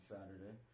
Saturday